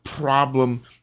problem